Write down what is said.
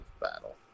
battle